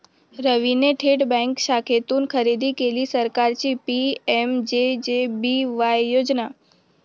रवीने थेट बँक शाखेतून खरेदी केली सरकारची पी.एम.जे.जे.बी.वाय योजना